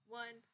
one